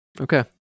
Okay